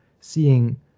seeing